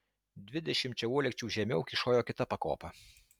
dvidešimčia uolekčių žemiau kyšojo kita pakopa